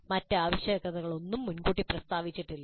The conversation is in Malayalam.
മറ്റ് ആവശ്യകതകളൊന്നും മുൻകൂട്ടി പ്രസ്താവിച്ചിട്ടില്ല